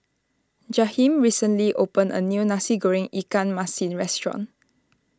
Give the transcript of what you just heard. Jaheem recently opened a new Nasi Goreng Ikan Masin restaurant